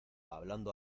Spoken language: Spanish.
hablando